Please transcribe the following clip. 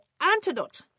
antidote